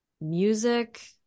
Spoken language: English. music